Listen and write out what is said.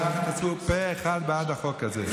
כולם התייצבו פה אחד בעד החוק הזה.